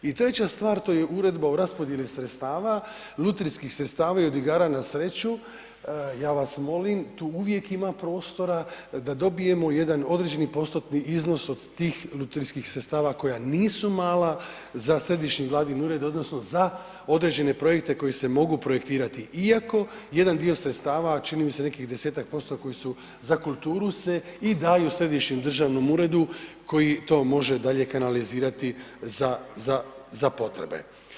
I treća stvar, to je uredba o raspodjeli sredstava, lutrijskih sredstava i od igara na sreću, ja vas molim, tu uvijek ima prostora da dobijemo jedan određeni postotni iznos od tih lutrijskih sredstava koja nisu mala za središnji Vladin ured odnosno za određene projekte koji se mogu projektirati iako jedan dio sredstava, čini mi se nekih 10-ak posto koji su za kulturu se i daje središnjem državnom uredu koji to može dalje kanalizirati za potrebe.